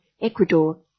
Ecuador